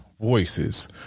voices